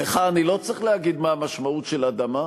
לך אני לא צריך להגיד מה המשמעות של אדמה,